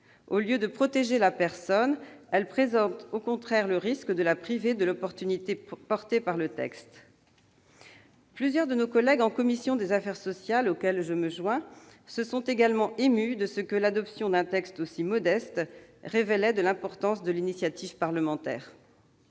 au lieu de protéger la personne, elle risque de la priver de l'opportunité offerte par ce texte. Plusieurs membres de la commission des affaires sociales, auxquels je me joins, se sont également émus de ce que l'adoption d'un texte aussi modeste révèle de l'importance de l'initiative parlementaire